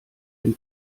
dem